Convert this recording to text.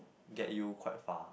get you quite far